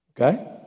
Okay